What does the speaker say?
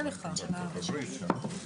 בפני כל העולות והעולים שנרשמו לדיון,